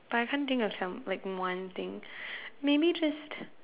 but I can't think of some like one thing maybe just